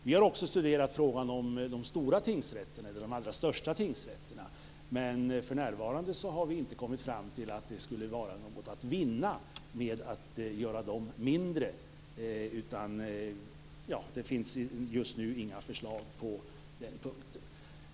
Vi har också studerat frågan om de allra största tingsrätterna men hittills har vi inte kommit fram till att något skulle vara att vinna på att göra dem mindre. Just nu finns det alltså inga förslag på den punkten.